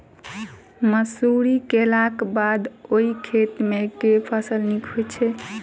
मसूरी केलाक बाद ओई खेत मे केँ फसल नीक होइत छै?